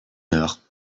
heure